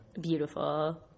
beautiful